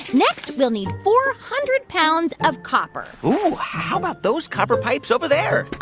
next, we'll need four hundred pounds of copper ooh, how about those copper pipes over there? ah,